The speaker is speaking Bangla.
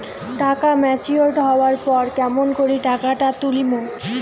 টাকা ম্যাচিওরড হবার পর কেমন করি টাকাটা তুলিম?